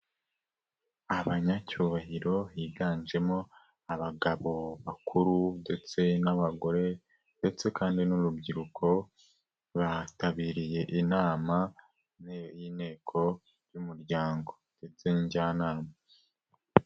Abanyacyubahiro, higanjemo abagabo bakuru ndetse n'abagore ndetse kandi n'urubyiruko, bitabiriye inama y'inteko y'umuryango ndetse ni njyanama.